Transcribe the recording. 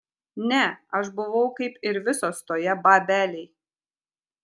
ne aš buvau kaip ir visos toje babelėj